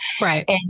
Right